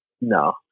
No